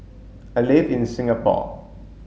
I live in Singapore